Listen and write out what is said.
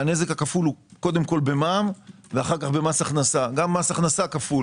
והנזק הכפול הוא קודם כל במע"מ ואחר כך במס הכנסה גם מס הכנסה כפול